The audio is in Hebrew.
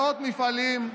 מאות מפעלים,